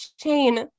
Shane